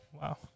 wow